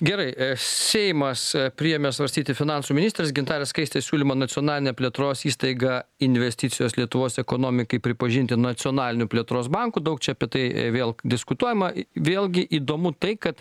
gerai seimas priėmė svarstyti finansų ministrės gintarės skaistės siūlymą nacionalinę plėtros įstaigą investicijos lietuvos ekonomikai pripažinti nacionaliniu plėtros banku daug čia apie tai vėl diskutuojama vėlgi įdomu tai kad